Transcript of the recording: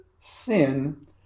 sin